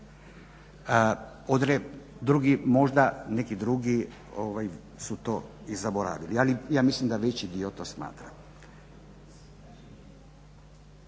drugi možda, neki drugi su to i zaboravili ali ja mislim da veći dio to smatra.